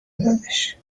دادش